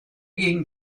gegen